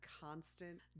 constant